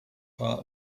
part